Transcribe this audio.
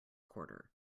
quarter